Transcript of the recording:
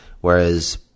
Whereas